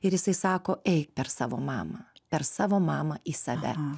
ir jisai sako eik per savo mamą per savo mamą į save